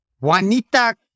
Juanita